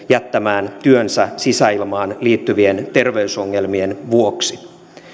jättämään työnsä sisäilmaan liittyvien terveysongelmien vuoksi